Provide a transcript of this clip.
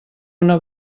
una